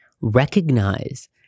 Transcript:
recognize